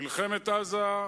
מלחמת עזה,